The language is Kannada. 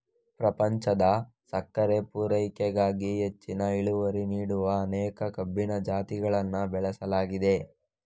ಪ್ರಪಂಚದ ಸಕ್ಕರೆ ಪೂರೈಕೆಗಾಗಿ ಹೆಚ್ಚಿನ ಇಳುವರಿ ನೀಡುವ ಅನೇಕ ಕಬ್ಬಿನ ಜಾತಿಗಳನ್ನ ಬೆಳೆಸಲಾಗಿದೆ